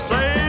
Say